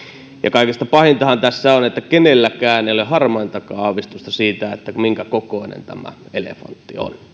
kaikesta pahintahan tässä on että kenelläkään ei ole harmaintakaan aavistusta siitä minkä kokoinen tämä elefantti on